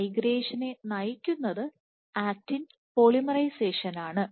മൈഗ്രേഷനെ നയിക്കുന്നത് ആക്റ്റിൻ പോളിമറൈസേഷനാണ്